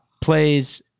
plays